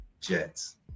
Jets